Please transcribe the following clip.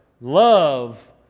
love